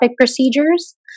procedures